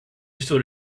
stood